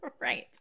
Right